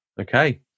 Okay